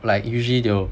like usually they will